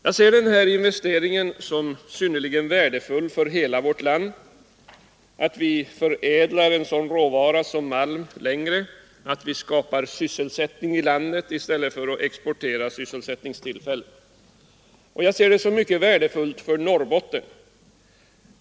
Jag ser denna investering som synnerligen värdefull för hela vårt land — att vi längre förädlar en sådan råvara som malm, att vi skapar sysselsättning i landet i stället för att exportera sysselsättningstillfällen — och jag ser den som mycket värdefull för Norrbotten.